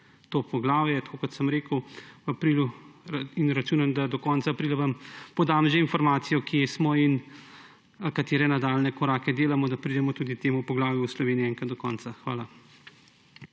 to poglavje, tako kot sem rekel. Računam, da vam do konca aprila podam že informacijo, kje smo in katere nadaljnje korake delamo, in da pridemo tudi v tem poglavju v Sloveniji enkrat do konca. Hvala.